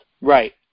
Right